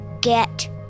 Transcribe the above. get